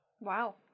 Wow